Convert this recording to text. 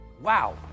Wow